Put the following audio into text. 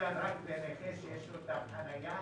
אלא רק לנכה שיש לו תו חנייה